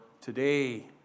today